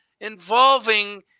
involving